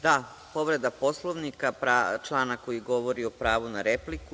Da, povreda Poslovnika, člana koji govori o pravu na repliku.